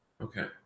Okay